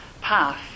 path